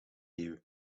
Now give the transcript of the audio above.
eeuw